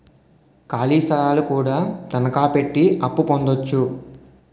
ఖాళీ స్థలాలు కూడా తనకాపెట్టి అప్పు పొందొచ్చు